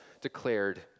declared